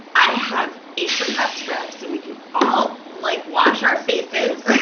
i have apricot scrub, so we can all, like, wash our faces